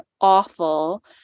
awful